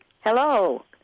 Hello